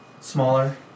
smaller